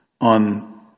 on